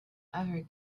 ever